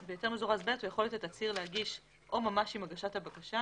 בהיתר מזורז ב' הוא יכול להגיש את התצהיר או ממש עם הגשת הבקשה